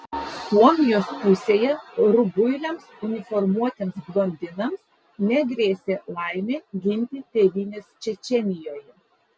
suomijos pusėje rubuiliams uniformuotiems blondinams negrėsė laimė ginti tėvynės čečėnijoje